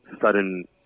sudden